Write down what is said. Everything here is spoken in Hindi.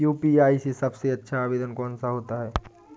यू.पी.आई में सबसे अच्छा आवेदन कौन सा होता है?